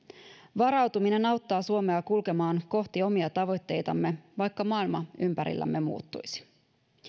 varautuminen auttaa suomea kulkemaan kohti omia tavoitteitamme vaikka maailma ympärillämme muuttuisi